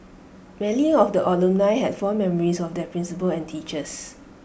many of the alumnae had fond memories of their principals and teachers